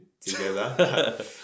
together